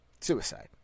Suicide